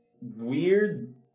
weird